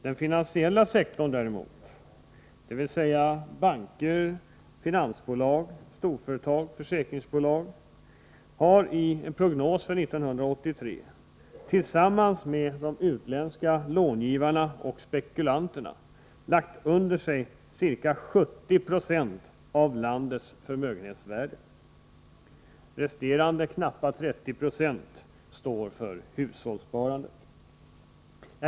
Den finansiella sektorn däremot — dvs. banker, finansbolag, storföretag och försäkringsbolag — har enligt en prognos för 1983, tillsammans med de utländska långivarna och spekulanterna, lagt under sig ca 70 20 av landets förmögenhetsvärde. Resterande knappa 30 20 står för hushållssparandet.